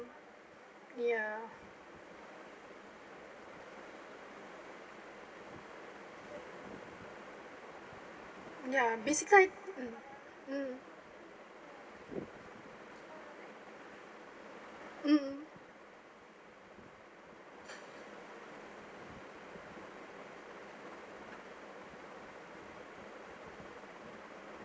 ya ya basical~ mm mm mmhmm